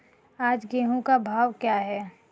आज गेहूँ का भाव क्या है?